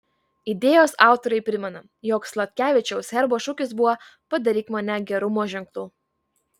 idėjos autoriai primena jog sladkevičiaus herbo šūkis buvo padaryk mane gerumo ženklu